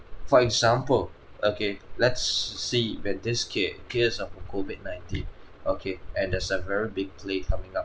for example okay let's see that this cle~ clears of uh COVID nineteen okay and there's a very big play coming up